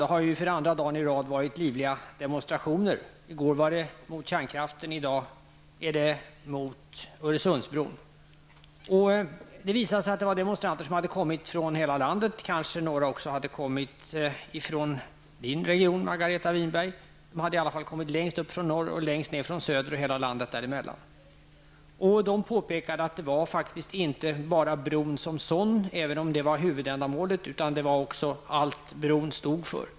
Det har för andra dagen i rad varit livliga demonstrationer. I går var det mot kärnkraften, och i dag är det mot Öresundsbron. Det visade sig att demonstranterna hade kommit från hela landet. Några hade kanske kommit från Margareta Winbergs region. De kom från längst upp i norr och längst ner i söder och hela landet däremellan. Demonstranterna påpekade att det var inte bara bron som sådan demonstrationen gällde -- även om det var huvudändamålet -- utan även allt som bron stod för.